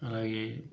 అలాగే